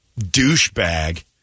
douchebag